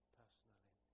personally